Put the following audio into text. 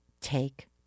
Take